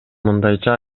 мындайча